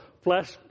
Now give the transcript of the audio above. flesh